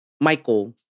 Michael